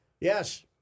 yes